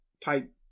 type